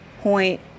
point